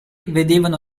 vedevano